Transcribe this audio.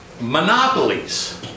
monopolies